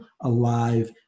alive